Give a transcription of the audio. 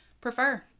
prefer